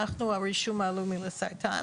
הרישום הלאומי לסרטן,